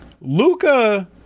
Luca